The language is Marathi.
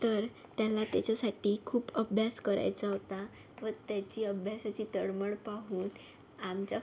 तर त्याला त्याच्यासाठी खूप अभ्यास करायचा होता व त्याची अभ्यासाची तळमळ पाहून आमच्या